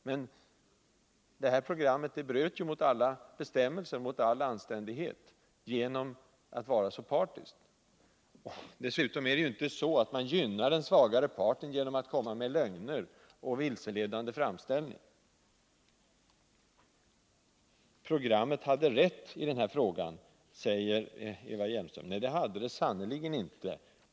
Men detta program bröt mot alla bestämmelser och mot all anständighet genom att vara så partiskt. Dessutom är det ju inte så att man gynnar den svagare parten genom lögner och vilseledande framställning. Programmet hade rätt i den här frågan, säger Eva Hjelmström. Nej, sannerligen inte!